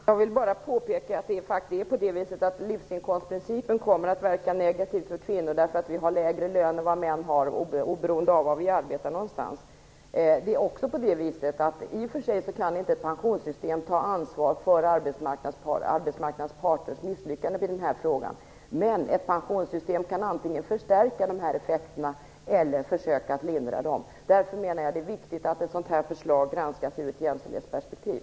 Herr talman! Jag vill bara påpeka att livsinkomstprincipen kommer att verka negativt för kvinnor, därför att vi har lägre lön än män oberoende av var vi arbetar någonstans. I och för sig kan inte ett pensionssystem ta ansvar för arbetsmarknadens parters misslyckanden i den här frågan. Men ett pensionssystem kan antingen förstärka de här effekterna eller försöka att lindra dem. Därför menar jag att det är viktigt att ett sådant här förslag granskas ur ett jämställdhetsperspektiv.